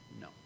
No